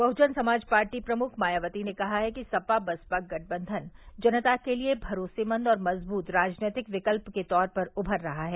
बहुजन Samaj party प्रमुख मायावती ने कहा है कि सपा बसपा गठबंधन जनता के लिए भरोसेमंद और मज़बूत राजनैतिक विकल्प के तौर पर उभर रहा है